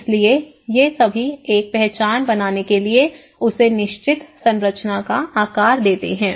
इसलिए ये सभी एक पहचान बनाने के लिए उसे निश्चित संरचना का आकार देते हैं